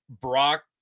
Brock